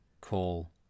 call